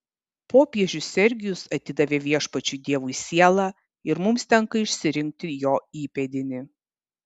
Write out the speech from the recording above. popiežius sergijus atidavė viešpačiui dievui sielą ir mums tenka išsirinkti jo įpėdinį